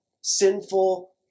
sinful